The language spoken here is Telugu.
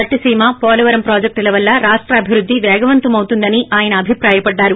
పట్లిసీమ పోలవరం ప్రాజెక్టుల వల్ల రాష్ట అభివృద్ది పేగవంతమవు తుందని ఆయన అభిప్రాయపడ్డారు